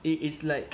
it is like